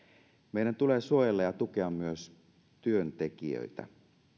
meidän tulee suojella ja tukea myös työntekijöitä